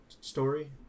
story